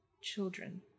children